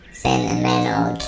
sentimental